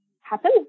happen